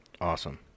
Awesome